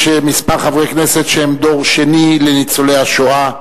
יש כמה חברי כנסת שהם דור שני לניצולי השואה,